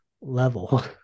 level